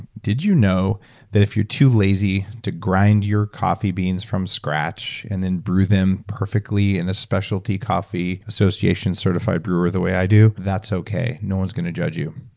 did you know that if you're too lazy to grind your coffee beans from scratch and then brew them perfectly in a specialty coffee association certified brewer the way i do, that's okay. no one's going to judge you,